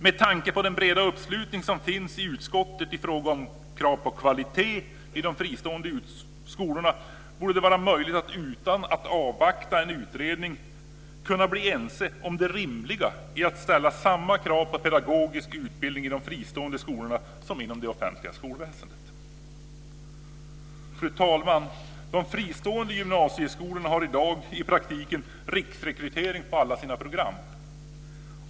Med tanke på den breda uppslutning som finns i utskottet i fråga om krav på kvalitet i de fristående skolorna borde det vara möjligt att utan att avvakta en utredning kunna bli ense om det rimliga i att ställa samma krav på pedagogisk utbildning i de fristående skolorna som inom det offentliga skolväsendet Fru talman! De fristående gymnasieskolorna har i dag i praktiken riksrekrytering på alla sina program.